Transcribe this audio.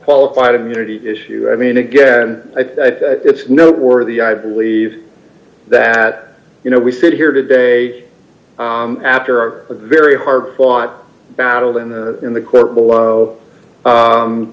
qualified immunity issue i mean again i think it's noteworthy i believe that you know we sit here today after a very hard fought battle in the in the court below